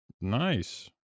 Nice